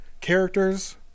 Characters